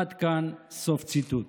עד כאן סוף ציטוט.